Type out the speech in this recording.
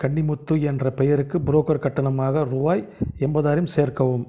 கன்னிமுத்து என்ற பெயருக்கு புரோக்கர் கட்டணமாக ரூபாய் எண்பதாயிரம் சேர்க்கவும்